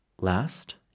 Last